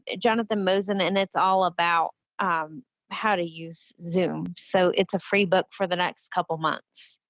ah jonathan mosin and it's all about how to use zoom so it's a free book for the next couple months.